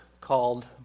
called